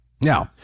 now